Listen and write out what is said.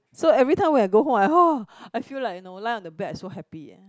so every time when I go home I !wah! I feel like you know I lie on my bed so happy eh